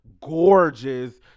gorgeous